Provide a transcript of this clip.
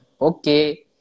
Okay